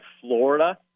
Florida –